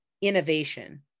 innovation